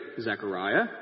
Zechariah